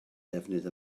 defnydd